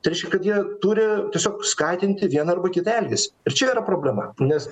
tai reiškia kad jie turi tiesiog skatinti vieną arba kitą elgesį ir čia yra problema nes